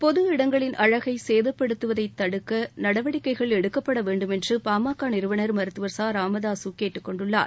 பொது இடங்களின் அழகை சேதப்படுத்துவதை தடுக்க நடவடிக்கைகள் எடுக்கப்பட வேண்டும் என்று பாமக நிறுவனர் மருத்துவர் ச ராமதாசு கேட்டுக்கொண்டுள்ளார்